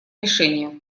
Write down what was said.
решения